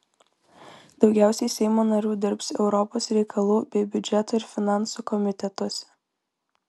daugiausiai seimo narių dirbs europos reikalų bei biudžeto ir finansų komitetuose